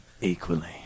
Equally